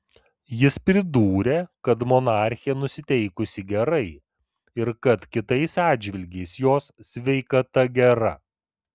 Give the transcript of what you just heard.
jis pridūrė kad monarchė nusiteikusi gerai ir kad kitais atžvilgiais jos sveikata gera